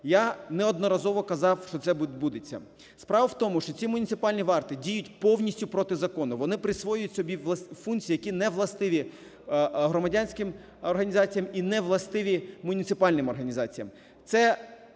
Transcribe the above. Я неодноразово казав, що це відбудеться. Справа в тому, що ці муніципальні варти діють повністю проти закону, вони присвоюють собі функції, які не властиві громадянським організаціям і не властиві муніципальним організаціям. Це